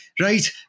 right